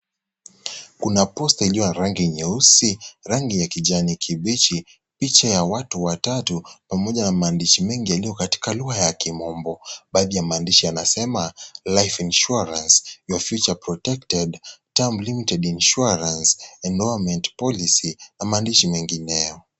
Kuna poster iliyo na rangi nyeusi, rangi ya kijani kibichi, picha ya watu watatu pamoja na maandishi mengi yaliyo katika lugha ya Kimombo. Baadhi ya maandishi yanasema 'Life Insurance, Your Future Protected', 'Term Limited Insurance', 'Endowment Policy' na maandishi mengineyo.